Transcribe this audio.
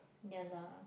ya lah